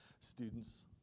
Students